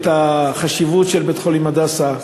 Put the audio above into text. את החשיבות של בית-חולים "הדסה".